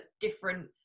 different